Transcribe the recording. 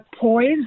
poised